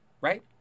right